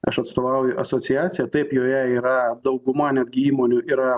aš atstovauju asociacija taip joje yra dauguma netgi įmonių yra